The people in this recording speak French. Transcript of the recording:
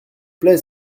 plaît